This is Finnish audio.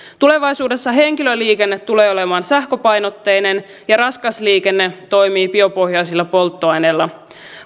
tulevaisuudessa henkilöliikenne tulee olemaan sähköpainotteinen ja raskas liikenne toimii biopohjaisilla polttoaineilla